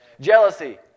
Jealousy